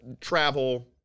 travel